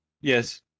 yes